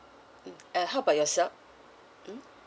mm uh how about yourself mm